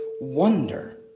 wonder